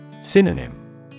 Synonym